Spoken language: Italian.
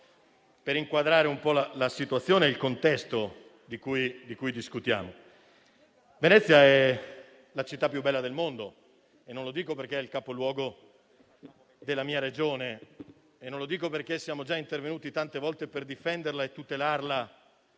per inquadrare un po' la situazione e il contesto di cui discutiamo. Venezia è la città più bella del mondo e non lo dico perché è il capoluogo della mia Regione; non lo dico perché siamo già intervenuti tante volte per difenderla e tutelarla